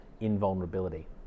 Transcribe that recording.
invulnerability